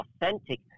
authentic